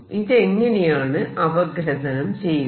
ഇതെങ്ങനെയാണ് അപഗ്രഥനം ചെയ്യുന്നത്